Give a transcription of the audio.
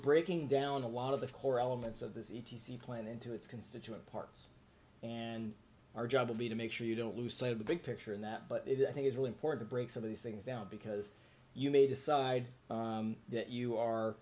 breaking down a lot of the core elements of the c t c plan into its constituent parts and our job will be to make sure you don't lose sight of the big picture and that but i think it's really important to break some of these things down because you may decide that you are